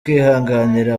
kwihanganira